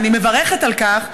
ואני מברכת על כך,